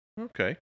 Okay